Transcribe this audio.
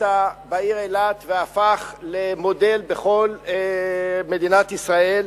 בעיר אילת והפך למודל בכל מדינת ישראל,